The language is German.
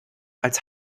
als